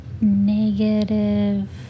negative